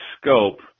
scope